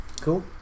cool